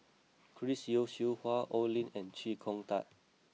Chris Yeo Siew Hua Oi Lin and Chee Kong Tet